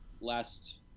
last